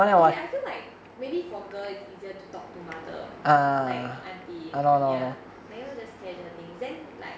okay I feel like maybe for girl it's easier to talk to mother like aunty ya then you know just casual things then like